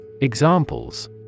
Examples